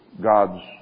God's